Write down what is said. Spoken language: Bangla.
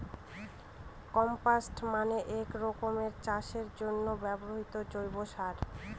কম্পস্ট মানে এক রকমের চাষের জন্য ব্যবহৃত জৈব সার